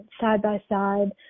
side-by-side